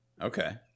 Okay